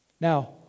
Now